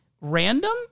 random